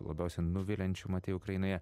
labiausiai nuviliančio matei ukrainoje